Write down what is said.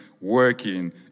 working